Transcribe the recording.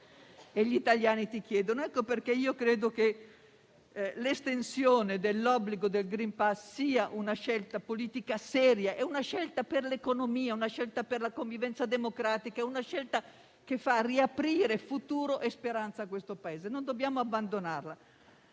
e gli italiani ci chiedono). Per questo credo che l'estensione dell'obbligo del *green pass* sia una scelta politica seria, una scelta per l'economia e per la convivenza democratica, una scelta che ridà futuro e speranza a questo Paese. Non dobbiamo abbandonarla.